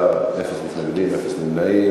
בעד, 12, אפס מתנגדים, אפס נמנעים.